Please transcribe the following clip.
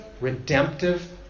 redemptive